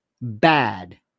Bad